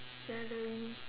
celery